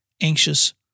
anxious